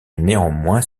néanmoins